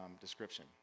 description